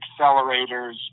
accelerators